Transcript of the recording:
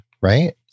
right